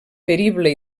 perible